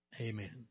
Amen